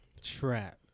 trap